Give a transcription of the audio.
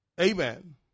amen